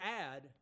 add